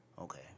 Okay